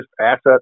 asset